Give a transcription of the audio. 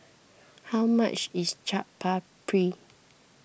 how much is Chaat Papri